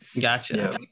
gotcha